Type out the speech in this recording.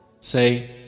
Say